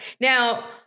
Now